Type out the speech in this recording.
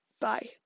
bye